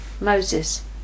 Moses